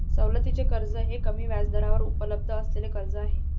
सवलतीचे कर्ज हे कमी व्याजदरावर उपलब्ध असलेले कर्ज आहे